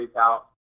out